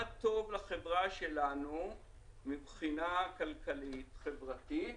טוב לחברה שלנו מבחינה כלכלית חברתית.